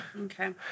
Okay